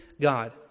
God